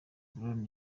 brown